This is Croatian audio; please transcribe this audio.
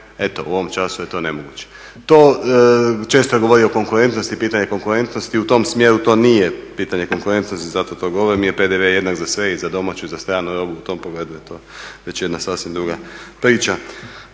eto, u ovom času je to nemoguće. To često govori o konkurentnosti, pitanje konkurentnosti. U tom smjeru to nije pitanje konkurentnosti, zato to govorim, jer PDV je jednak za sve, i za domaću i za stranu robu. U tom pogledu je to već jedna sasvim druga priča.